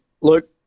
Luke